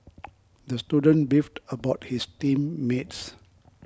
the student beefed about his team mates